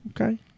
Okay